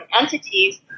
entities